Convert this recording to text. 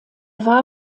war